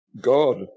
God